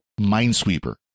Minesweeper